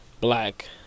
black